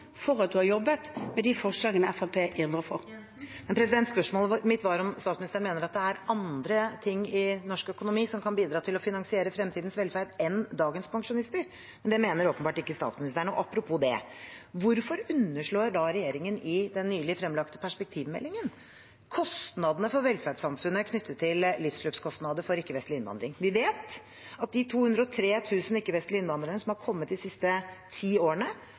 for at man har jobbet. Siv Jensen – til oppfølgingsspørsmål. Men spørsmålet mitt var om statsministeren mener at det er andre ting i norsk økonomi som kan bidra til å finansiere fremtidens velferd, enn dagens pensjonister. Det mener åpenbart ikke statsministeren. Apropos det: Hvorfor underslår regjeringen i den nylig fremlagte perspektivmeldingen kostnadene for velferdssamfunnet knyttet til livsløpskostnader for ikke-vestlig innvandring? Vi vet at de 203 000 ikke-vestlige innvandrerne som har kommet de siste ti årene,